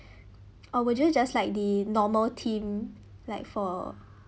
or would you just like the normal theme like for